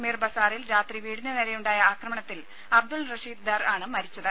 മിർ ബസാറിൽ രാത്രി വീടിന് നേരെയുണ്ടായ ആക്രമണത്തിൽ അബ്ദുൾ റഷീദ് ദർ ആണ് മരിച്ചത്